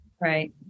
right